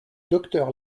docteur